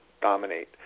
dominate